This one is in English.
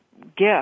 gift